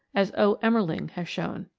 as o. emmerling has shown.